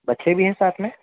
بچے بھی ہیں ساتھ میں